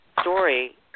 story